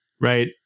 Right